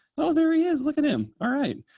oh, there he is. look at him. all right.